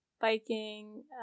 biking